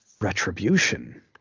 Retribution